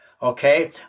Okay